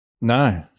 No